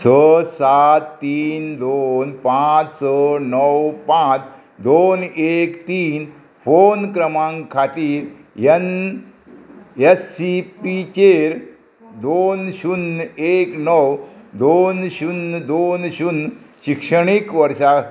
स सात तीन दोन पांच स णव पांच दोन एक तीन फोन क्रमांक खातीर एन एस इ पी चेर दोन शुन्य एक णव दोन शुन्य दोन शुन्य शिक्षणीक वर्सा